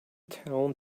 town